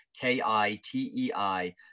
k-i-t-e-i